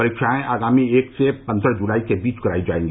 परीक्षाएं आगामी एक से पन्द्रह जुलाई के बीच कराई जाएगी